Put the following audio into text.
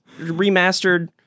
remastered